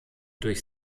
durch